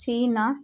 China